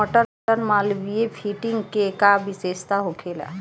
मटर मालवीय फिफ्टीन के का विशेषता होखेला?